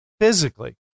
physically